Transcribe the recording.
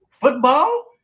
football